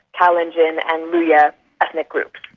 kalenjin and luhya ethnic groups.